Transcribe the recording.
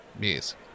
Yes